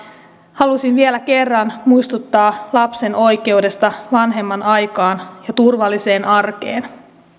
halusin vielä kerran muistuttaa lapsen oikeudesta vanhemman aikaan ja turvalliseen arkeen